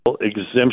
exemption